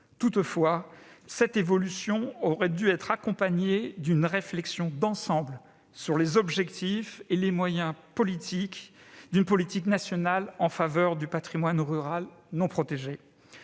Toutefois, cette évolution aurait dû être accompagnée d'une réflexion d'ensemble sur les objectifs et les moyens d'une politique nationale en faveur du patrimoine rural non protégé.